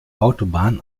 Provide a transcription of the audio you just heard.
autobahn